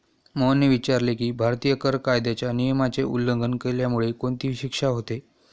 मोहनने विचारले की, भारतीय कर कायद्याच्या नियमाचे उल्लंघन केल्यामुळे कोणती शिक्षा होते?